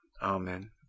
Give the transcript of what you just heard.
Amen